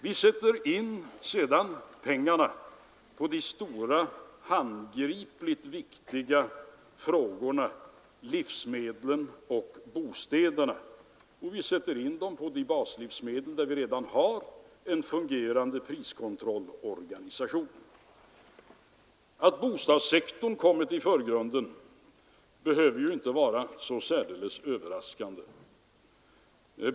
Vi sätter sedan in pengarna på de stora, handgripligt viktiga områdena livsmedlen och bostäderna, och vi sätter in dem på de baslivsmedel som har en fungerande priskontrollorganisation. Att bostadssektorn kommit i förgrunden behöver ju inte vara så särdeles överraskande.